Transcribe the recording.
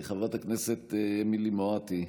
חברת הכנסת אמילי מואטי,